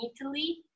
Italy